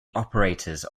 operators